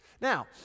now